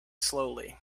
slowly